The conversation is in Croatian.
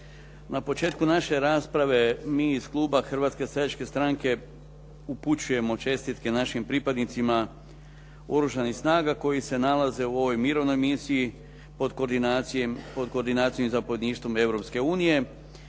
Na početku naše rasprave mi iz kluba Hrvatske seljačke stranke upućujemo čestitke našim pripadnicima Oružanih snaga, koji se nalaze u ovoj mirovnoj misiji pod koordinacijom i zapovjedništvom